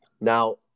Now